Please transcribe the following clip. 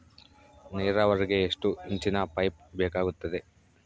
ನೇರಾವರಿಗೆ ಎಷ್ಟು ಇಂಚಿನ ಪೈಪ್ ಬೇಕಾಗುತ್ತದೆ?